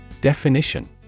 Definition